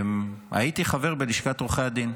הייתי חבר בלשכת עורכי הדין.